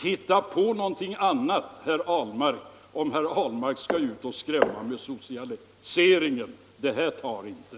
Hitta på någonting annat, herr Ahlmark, om herr Ahlmark skall gå ut och skrämma folk med socialisering! Det här exemplet tar inte.